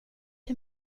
hur